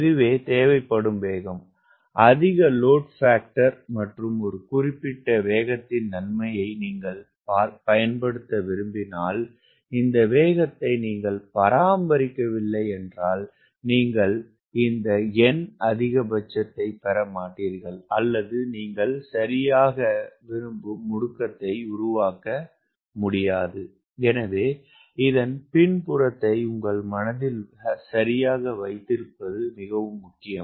இது தேவைப்படும் வேகம் அதிக லோடு பாக்டர் மற்றும் ஒரு குறிப்பிட்ட வேகத்தின் நன்மையை நீங்கள் பயன்படுத்த விரும்பினால் இந்த வேகத்தை நீங்கள் பராமரிக்கவில்லை என்றால் நீங்கள் இந்த n அதிகபட்சத்தைப் பெற மாட்டீர்கள் அல்லது நீங்கள் சரியாக விரும்பும் முடுக்கத்தை உருவாக்க முடியாது எனவே இதன் பின்புறத்தை உங்கள் மனதில் சரியாக வைத்திருப்பது முக்கியம்